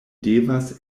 devas